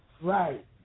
Right